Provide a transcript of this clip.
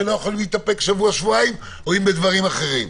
שם לא יכולים להתאפק שבוע-שבועיים או בדברים אחרים.